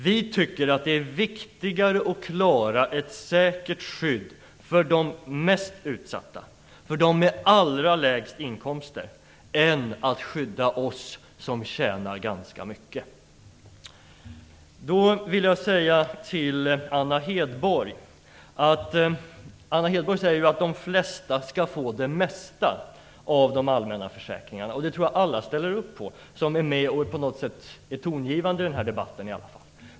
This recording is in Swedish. Vi tycker att det är viktigare att klara ett säkert skydd för de mest utsatta, för dem med allra lägst inkomster, än att skydda oss som tjänar ganska mycket. Anna Hedborg säger ju att de flesta skall få det mesta av de allmänna försäkringarna, och det tror jag att alla som är tongivande i den här debatten ställer upp på.